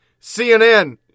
CNN